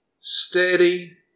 steady